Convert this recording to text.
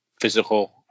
physical